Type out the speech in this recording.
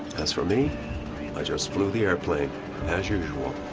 as for me, i just flew the airplane as usual,